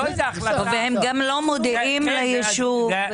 והם לא מודיעים ליישוב.